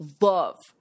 love